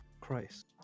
christ